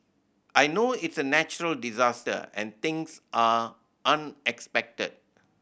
I know it's a natural disaster and things are unexpected